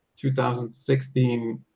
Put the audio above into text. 2016